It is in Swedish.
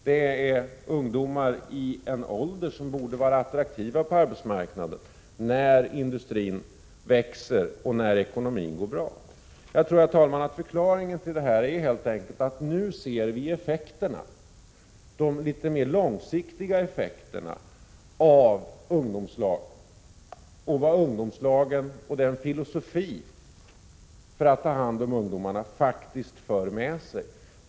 Det handlar ju om ungdomar i en ålder som borde vara attraktiva på arbetsmarknaden när industrin växer och när ekonomin går bra. Jag tror, herr talman, att förklaringen till detta helt enkelt är att vinu = Prot. 1986/87:94 ser de litet mer långsiktiga effekterna av ungdomslagen och vad ungdomsla 25 mars 1987 gen och den filosofin för att ta hand om ungdomarna faktiskt för med sig.